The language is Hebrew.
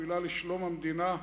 תפילה לשלום המדינה,